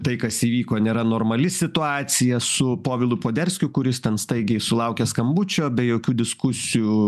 tai kas įvyko nėra normali situacija su povilu poderskiu kuris ten staigiai sulaukia skambučio be jokių diskusijų